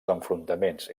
enfrontaments